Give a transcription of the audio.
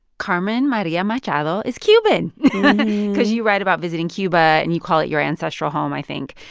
carmen maria machado is cuban because you write about visiting cuba, and you call it your ancestral home, i think,